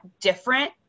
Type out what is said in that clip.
different